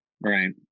Right